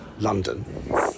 London